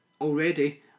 already